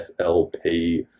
SLP